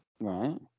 Right